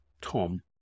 Tom